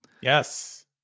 Yes